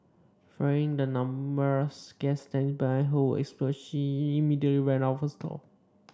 fearing the numerous gas tank behind her would explode she immediately ran out of her stall